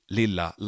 lilla